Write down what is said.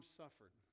suffered